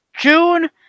June